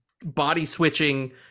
body-switching